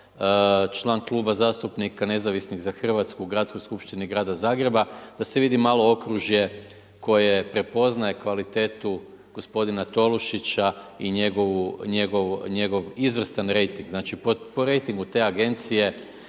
član Kluba zastupnika Nezavisni za Hrvatsku u Gradskoj skupštini grada Zagreba da se vidi malo okružje koje prepoznaje kvalitetu gospodina Tolušića i njegov izvrstan rejting. Znači po rjetingu te agencije